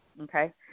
okay